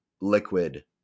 liquid